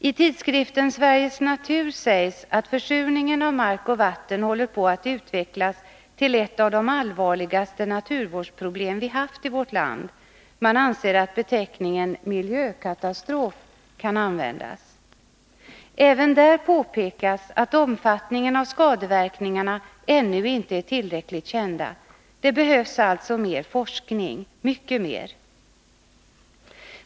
I tidskriften Sveriges Natur sägs att försurningen av mark och vatten håller på att utvecklas till ett av de allvarligaste naturvårdsproblem vi haft i vårt land — man anser att beteckningen miljökatastrof kan användas. Även där påpekas att omfattningen av skadeverkningarna ännu inte är tillräckligt känd. Det behövs alltså mer forskning, mycket mer.